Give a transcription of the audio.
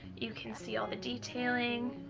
you can see all the detailing.